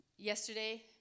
Yesterday